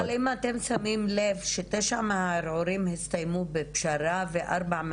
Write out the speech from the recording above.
אבל אם אתם שמים לב שתשעה מהערעורים הסתיימו בפשרה ובארבעה